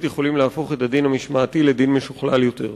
יכולים להפוך את הדין המשמעתי לדין משוכלל יותר.